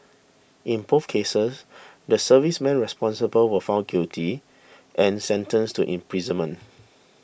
in both cases the servicemen responsible were found guilty and sentenced to imprisonment